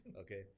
Okay